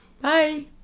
Bye